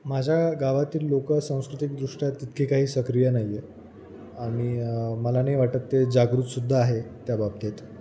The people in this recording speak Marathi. माझ्या गावातील लोक सांस्कृतिकदृष्ट्या तितकी काही सक्रिय नाही आहे आणि मला नाही वाटत ते जागृतसुद्धा आहे त्याबाबतीत